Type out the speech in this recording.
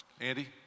Andy